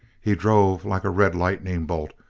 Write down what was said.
he drove like a red lightning bolt,